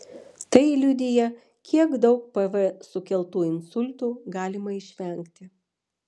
tai liudija kiek daug pv sukeltų insultų galima išvengti